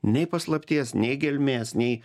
nei paslapties nei gelmės nei